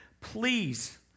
please